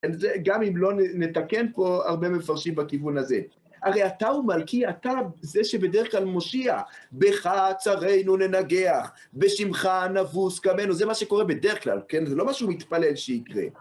גם אם לא נתקן פה, הרבה מפרשים בכיוון הזה. הרי אתה הוא מלכי, אתה זה שבדרך כלל מושיע, בך צרינו לנגח, בשמך נבוס קמנו. זה מה שקורה בדרך כלל, כן? זה לא מה שהוא מתפלל שיקרה.